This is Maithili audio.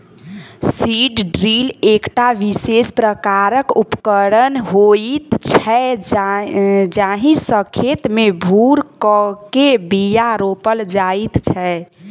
सीड ड्रील एकटा विशेष प्रकारक उपकरण होइत छै जाहि सॅ खेत मे भूर क के बीया रोपल जाइत छै